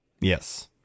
Yes